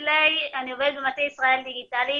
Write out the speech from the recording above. אני עובדת במטה ישראל דיגיטלית,